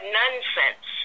nonsense